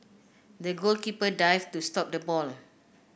the goalkeeper dived to stop the ball